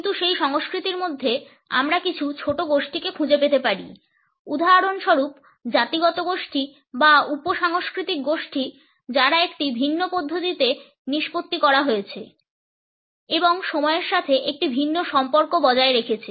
কিন্তু সেই সংস্কৃতির মধ্যে আমরা কিছু ছোট গোষ্ঠীকে খুঁজে পেতে পারি উদাহরণস্বরূপ জাতিগত গোষ্ঠী বা উপ সাংস্কৃতিক গোষ্ঠী যারা একটি ভিন্ন পদ্ধতিতে নিষ্পত্তি করা হয়েছে এবং সময়ের সাথে একটি ভিন্ন সম্পর্ক বজায় রেখেছে